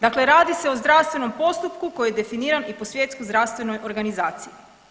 Dakle, radi se o zdravstvenom postupku koji je definiran i po Svjetskoj zdravstvenoj organizaciji.